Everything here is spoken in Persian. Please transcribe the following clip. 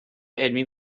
علمی